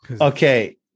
Okay